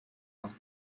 vault